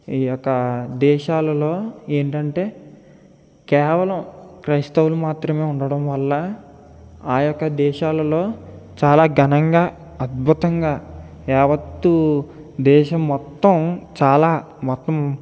ఈయొక్క దేశాలలో ఏంటంటే కేవలం క్రైస్తవులు మాత్రమే ఉండటం వల్ల ఆయొక్క దేశాలలో చాలా ఘనంగా అద్భుతంగా యావత్తు దేశం మొత్తం చాలా మొత్తం